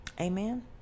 amen